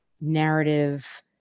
narrative